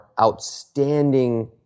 outstanding